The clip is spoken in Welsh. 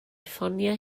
ffonio